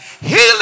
Healing